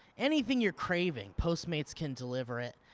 anything you're craving, postmates can deliver it.